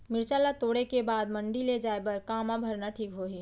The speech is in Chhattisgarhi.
मिरचा ला तोड़े के बाद मंडी ले जाए बर का मा भरना ठीक होही?